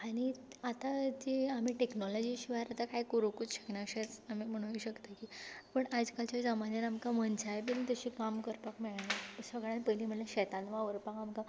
आनी आतां जी आमी टेक्नोलॉजी शिवाय आतां कांय करुंकूच शकना अशेंच आमी म्हणूंक शकता बट आयज कालच्या जमान्यान आमकां मनशाय बी तशी काम करपाक मेळना सगल्यान पयलीं म्हणल्यार शेतान वावुरपाक आमकां